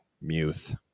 Muth